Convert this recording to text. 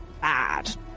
bad